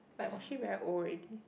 but was she very old already